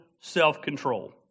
self-control